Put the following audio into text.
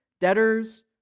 debtors